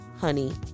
honey